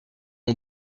ont